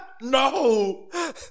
no